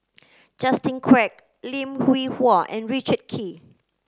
Justin Quek Lim Hwee Hua and Richard Kee